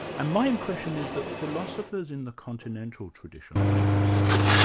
and my impression is that philosophers in the continental tradition, like yourself,